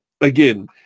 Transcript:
again